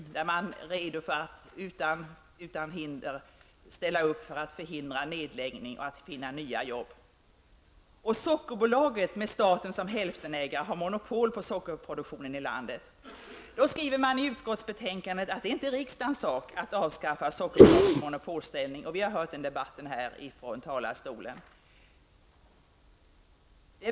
Där är staten redo att utan vidare ställa upp för att förhindra en nedläggning och för att finna nya jobb. Sockerbolaget, med staten som hälftenägare, har monopol på sockerproduktionen i landet. Utskottet skriver i sitt betänkande att det inte är riksdagens sak att avskaffa Sockerbolagets monopolställning, och vi har hört den debatten här från talarstolen.